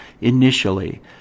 initially